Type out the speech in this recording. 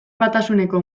batasuneko